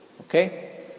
okay